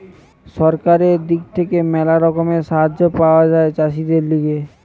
সরকারের দিক থেকে ম্যালা রকমের সাহায্য পাওয়া যায় চাষীদের লিগে